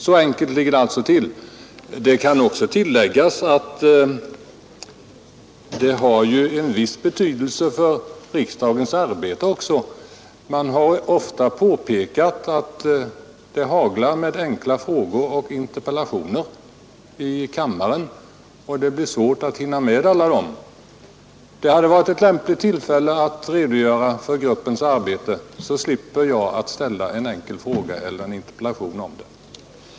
Så enkelt ligger det alltså till. Även för riksdagens arbete kunde detta ha en viss betydelse. Man har ofta påpekat att det haglar enkla frågor och interpellationer i kammaren och att det blir svårt att hinna med alla. Det hade varit ett lämpligt tillfälle att redogöra för gruppens arbete så att jag slipper ställa en enkel fråga eller en interpellation om det.